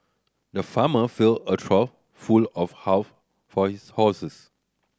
the farmer filled a trough full of half for his horses